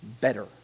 better